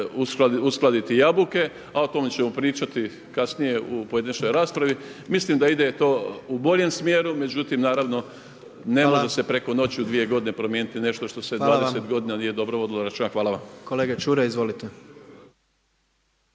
uskladiti jabuke, a o tome ćemo pričati kasnije u pojedinačnoj raspravi. Mislim da ide to u boljem smjeru, međutim naravno ne može se preko noći u 2 godine promijeniti nešto što se 20 godina nije dobro vodilo računa. Hvala vam.